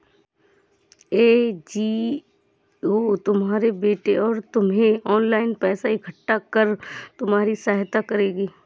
NGO तुम्हारे बेटे और तुम्हें ऑनलाइन पैसा इकट्ठा कर तुम्हारी सहायता करेगी